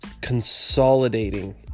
consolidating